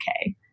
okay